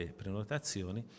prenotazioni